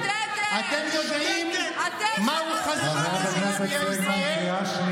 אתם יודעים מה חזונם של נביאי ישראל?